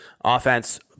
Offense